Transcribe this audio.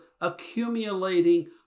accumulating